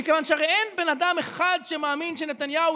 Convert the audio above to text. מכיוון שאין בן אדם אחד שמאמין שנתניהו